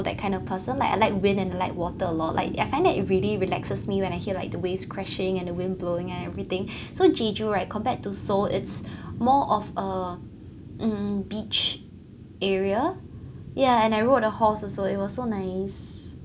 that kind of person like I like wind and like water a lot like I find it really relaxes me when I hear like the waves crashing and the wind blowing and everything so jeju right compared to seoul it's more of a ugh beach area yeah and I rode a horse also it was so nice